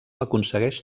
aconsegueix